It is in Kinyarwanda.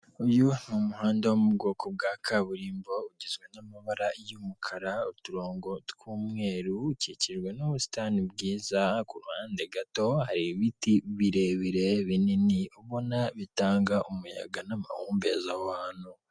uyu n'umuhanda wo mu bwoko bwa kaburimbo, ugizwe n'amabara y'umukara, uturongo tw'umweru, ukikijwe n'ubusitani bwiza, ku ruhande gato hari ibiti birebire binini ubona bitanga umuyaga na mahumbezi aho hantu.